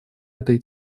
этой